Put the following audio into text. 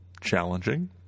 challenging